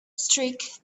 streak